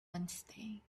wednesday